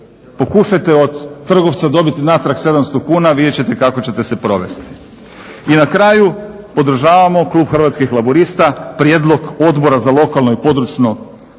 Pokušajte od trgovca dobiti natrag 700 kuna, vidjet ćete kako ćete se provesti. I na kraju podržavamo klub Hrvatskih laburista prijedlog Odbora za lokalnu i područnu